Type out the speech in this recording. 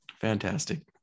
fantastic